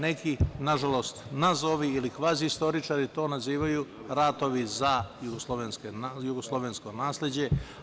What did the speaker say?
Neki, nažalost, nazovi ili kvazi-istoričari to nazivaju - ratovi za jugoslovensko nasleđe.